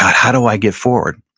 how do i get forward?